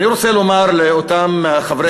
אני רוצה לומר לאותם חברי כנסת,